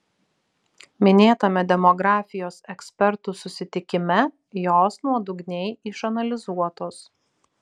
minėtame demografijos ekspertų susitikime jos nuodugniai išanalizuotos